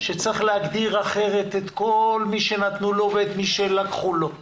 שצריך להגדיר אחרת את כל מי שנתנו לו ואת מי שלקחו לו,